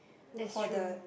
that's true